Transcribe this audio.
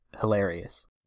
hilarious